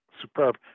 Superb